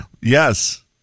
Yes